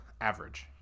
Average